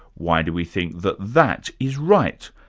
why do we think that that is right?